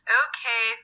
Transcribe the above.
okay